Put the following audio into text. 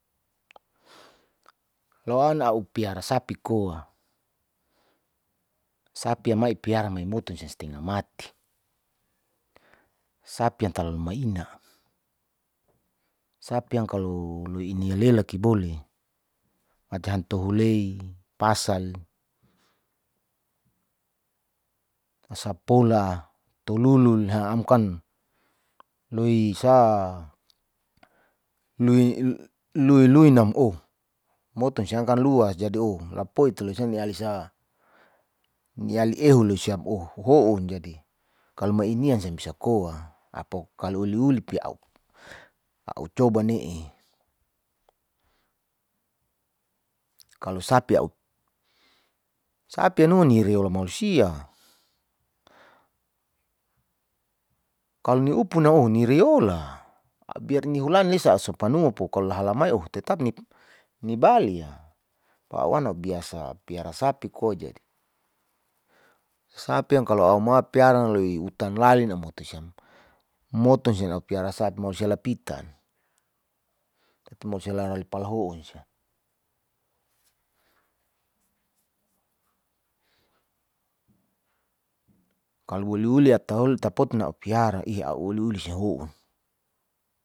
loan a'u piara sapi koa, sapia mai piara maimoton sian stengamati, sapi yang talalu ma'ina, sapi yang kalo loiinia lela ki bole macan tohu lei pasal hasapola tululun le am kan loisa lui-lui naom moton siangkan luas si jadi oh lapoiti luasin ni alisa, ni ale ehu lusiam oh uhoun jadi kalo me inian sneg bisa ko'a apok kalo uli-uli pi a'u coba ne'e, kalo sapi a'u sapia nuni reola mausia, kalo ni upun'na oh ni reola biar nihulan lisa a'u sopano pokola halamai oh tetap ni bale'ia, a'u an a'u biasa piara sapi ko jadi sapi yang kalo a'u mau piara leu utan lalin a'u motosiam, motosian a'u piara sapi mau siala pitan musiala palahoun sian kalo uliuli atahol tapoton a'u piara ih a'u uliuli sia honun.